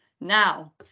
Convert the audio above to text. now